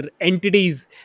entities